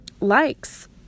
likes